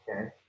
Okay